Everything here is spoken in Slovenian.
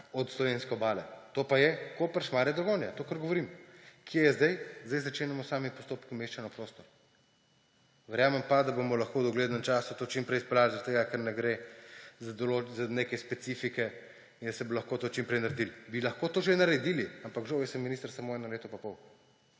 od slovenske obale, to pa je Koper–Šmarje–Dragonja, to, kar govorim. Kje je projekt zdaj? Zdaj začenjamo s samimi postopki umeščanja v prostor. Verjamem pa, da bomo lahko v doglednem času to čim prej izpeljali, ker ne gre za neke specifike, in da se bo lahko to čim prej naredilo. Bi lahko to že naredili, ampak žal sem jaz minister samo eno leto in pol,